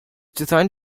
designed